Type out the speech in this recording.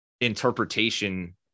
interpretation